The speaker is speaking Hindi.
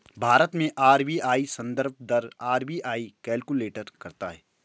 भारत में आर.बी.आई संदर्भ दर आर.बी.आई कैलकुलेट करता है